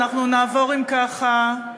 אנחנו נעבור אם ככה,